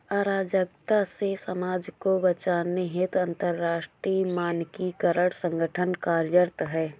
अराजकता से समाज को बचाने हेतु अंतरराष्ट्रीय मानकीकरण संगठन कार्यरत है